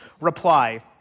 reply